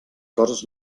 coses